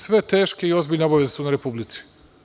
Sve teške i ozbiljne obaveze su na Republici.